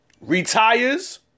retires